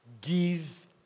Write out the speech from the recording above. Give